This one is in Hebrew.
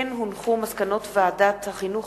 מסקנות ועדת החינוך,